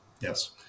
Yes